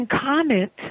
comment